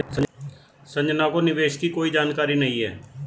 संजना को निवेश की कोई जानकारी नहीं है